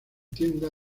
tienda